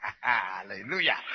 Hallelujah